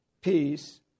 peace